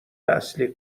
اصلی